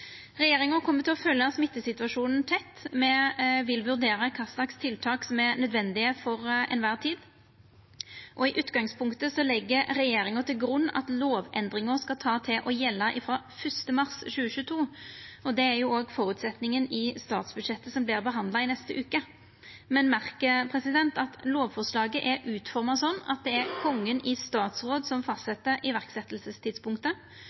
Regjeringa kjem til å følgja smittesituasjonen tett. Me vil vurdera kva tiltak som er nødvendige til kvar tid. I utgangspunktet legg regjeringa til grunn at lovendringa skal gjelda frå 1. mars 2022, og det er òg føresetnaden i statsbudsjettet som vert behandla i neste veke. Men merk at lovforslaget er utforma sånn at det er Kongen i statsråd som